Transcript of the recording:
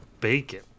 Bacon